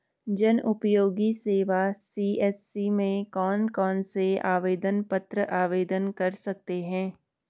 जनउपयोगी सेवा सी.एस.सी में कौन कौनसे आवेदन पत्र आवेदन कर सकते हैं?